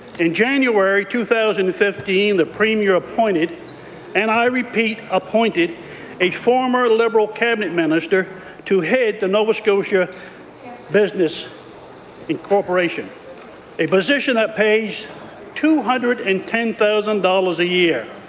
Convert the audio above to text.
in january two thousand and fifteen the premier appointed and i repeat appointed a former liberal cabinet minister to head the nova scotia business inc, a position that pays two hundred and ten thousand dollars a year.